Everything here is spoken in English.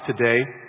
today